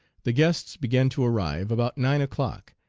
the guests began to arrive about nine o'clock,